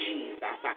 Jesus